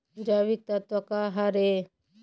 जैविकतत्व का हर ए?